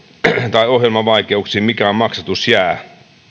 tai ohjelmavaikeuksiin mikään maksatus jää